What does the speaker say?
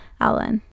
Alan